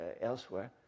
elsewhere